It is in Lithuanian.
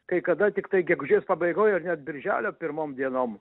kai kada tiktai gegužės pabaigoj ar net birželio pirmom dienom